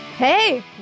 Hey